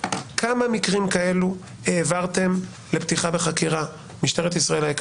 כמה מקרים כאלו העברתם לפתיחה בחקירה משטרת ישראל?